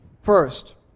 First